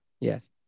Yes